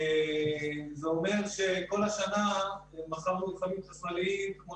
זה אומר שכל השנה מכרנו רכבים חשמליים כמו